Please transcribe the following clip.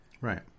Right